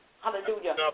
hallelujah